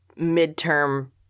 midterm